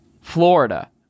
Florida